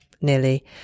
nearly